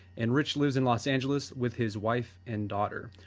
and rich lives in los angeles with his wife and daughter.